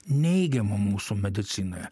neigiama mūsų medicinoje